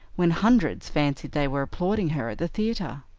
when hundreds fancied they were applauding her at the theater.